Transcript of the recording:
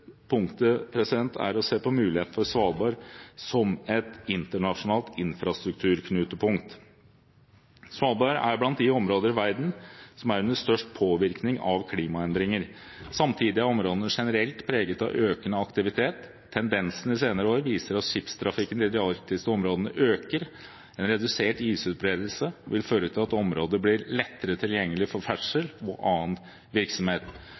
punktet er å se på muligheter for Svalbard som et internasjonalt infrastrukturknutepunkt. Svalbard er blant de områder i verden som er under størst påvirkning av klimaendringer. Samtidig er områdene generelt preget av økende aktivitet. Tendensen de senere år viser at skipstrafikken i de arktiske områdene øker. En redusert isutbredelse vil føre til at området blir lettere tilgjengelig for ferdsel og annen virksomhet.